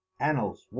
Annals